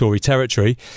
Territory